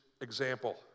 example